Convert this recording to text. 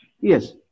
Yes